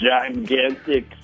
gigantic